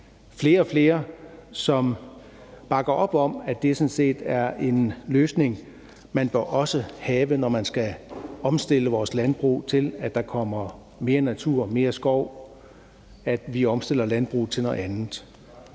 flere og flere, som bakker op om, at det sådan set er en løsning, man også bør have, når man skal omstille vores landbrug til, at der kommer mere natur og mere skov, og at vi altså omstiller landbruget til noget andet.